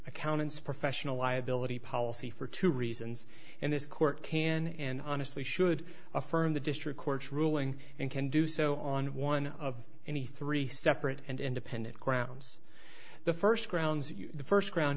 accountants professional liability policy for two reasons and this court can and honestly should affirm the district court's ruling and can do so on one of any three separate and independent grounds the first grounds that the first ground